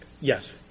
yes